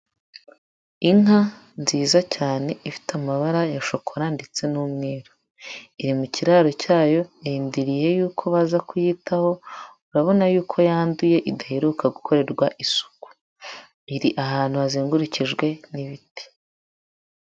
Inka nziza cyane ifite amabara ya shokora ndetse n'umweru, iri mu kiraro cyayo irindiriye yuko baza kuyitaho, urabona yuko yanduye, idaheruka gukorerwa isuku, iri ahantu hazengurukijwe n'ibiti.